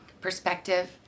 perspective